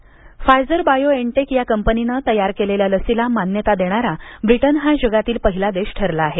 corona लस Pfizer BioNTech या कंपनीनं तयार केलेल्या लसीला मान्यता देणारा ब्रिटन हा जगातील पहिला देश ठरला आहे